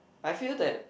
I feel that